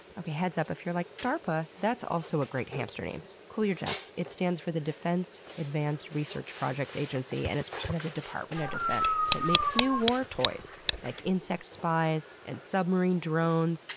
okay heads up if you're like, darpa? that's also a great hamster name. cool your jets. it stands for the defense advanced research projects agency, and it's part of the department of defense. it makes new war toys like insect spies, and submarine drones,